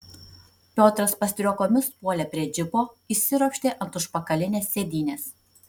piotras pastriuokomis puolė prie džipo įsiropštė ant užpakalinės sėdynės